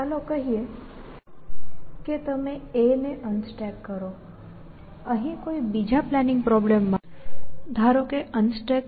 તો ચાલો કહીએ કે તમે A ને અનસ્ટેક કરો અહીં કોઈ બીજા પ્લાનિંગ પ્રોબ્લેમમાં ધારો કે UnstackAB